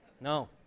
no